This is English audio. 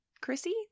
Chrissy